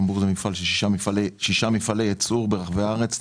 לטמבור יש שישה מפעלי ייצור ברחבי הארץ,